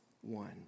one